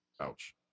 ouch